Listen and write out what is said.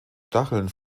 stacheln